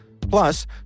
Plus